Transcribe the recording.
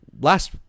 last